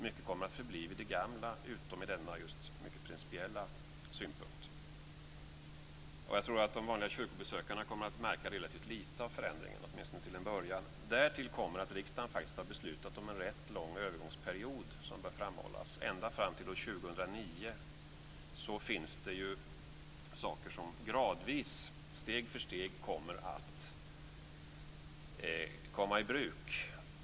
Mycket kommer att förbli vid det gamla, utom i fråga om just denna mycket principiella synpunkt. Jag tror att de vanliga kyrkobesökarna kommer att märka relativt lite av förändringen, åtminstone till en början. Därtill kommer att riksdagen har beslutat om en rätt lång övergångsperiod, vilket bör framhållas. Ända fram till 2009 är det saker som gradvis, steg för steg kommer i bruk.